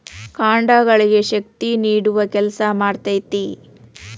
ಕಾಂಡಗಳಿಗೆ ಶಕ್ತಿ ನೇಡುವ ಕೆಲಸಾ ಮಾಡ್ತತಿ